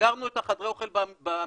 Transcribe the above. סגרנו את חדרי האוכל במשרדים,